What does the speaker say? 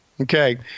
Okay